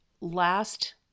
last